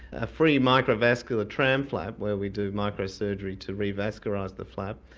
a free micro vascular tram flap where we do microsurgery to re-vascularise the flap,